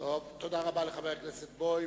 תודה רבה לחבר הכנסת בוים.